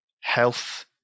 health